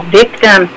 victim